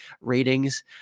ratings